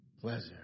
pleasure